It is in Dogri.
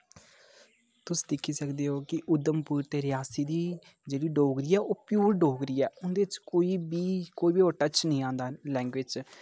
तुस दिक्खी सकदे ओ कि उधमपुर ते रियासी दी जेह्ड़ी डोगरी ऐ ओह् प्योर डोगरी ऐ उं'दे च कोई बी कोई बी होर टच नी आंदा लैंग्वेज च